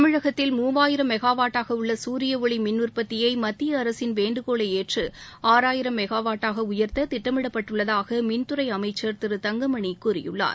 தமிழகத்தில் மூவாயிரம் மெகா வாட்டாக உள்ள சூரிய ஒளி மின்உற்பத்தியை மத்திய அரசின் வேண்டுகோளை ஏற்று ஆறாயிரம் மெனா வாட்டாக உயர்த்த திட்டமிடப்பட்டுள்ளதாக மின்துறை அமைச்சர் திரு தங்கமணி கூறியுள்ளார்